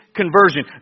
conversion